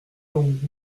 donc